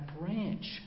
branch